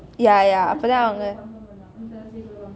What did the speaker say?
ya ya